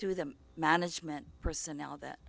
to them management personnel that